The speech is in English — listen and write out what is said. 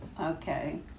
Okay